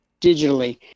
digitally